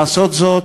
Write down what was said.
לעשות זאת?